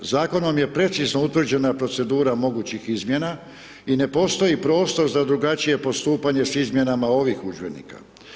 Zakonom je precizno utvrđena procedura mogućih izmjena i ne postoji prostor za drugačije postupanje s izmjenama ovih udžbenika.